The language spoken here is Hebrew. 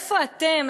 איפה אתם?